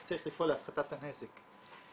צריך לפעול להפחתת הנזק.